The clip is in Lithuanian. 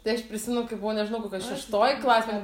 tai aš prisimenu kai buvo nežinau kokioj šeštoj klasėj